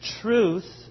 truth